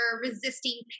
resisting